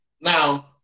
now